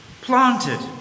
planted